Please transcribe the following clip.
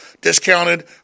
discounted